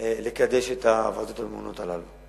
לקדש את הוועדות הממונות הללו.